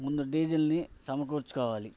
ముందు డీజిల్ని సమకూర్చుకోవాలి